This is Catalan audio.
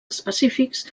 específics